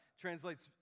translates